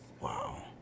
Wow